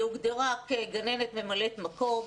היא הוגדרה כגננת ממלאת מקום.